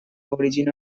origin